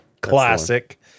classic